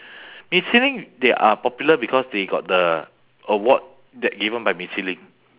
michelin they are popular because they got the award that given by michelin